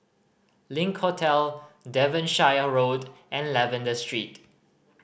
Link Hotel Devonshire Road and Lavender Street